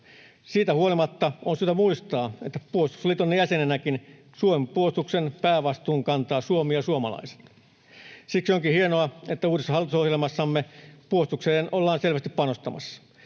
Siitä huolimatta on syytä muistaa, että puolustusliiton jäsenenäkin Suomen puolustuksen päävastuun kantavat Suomi ja suomalaiset. Siksi onkin hienoa, että uudessa hallitusohjelmassamme puolustukseen ollaan selvästi panostamassa.